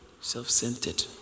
Self-centered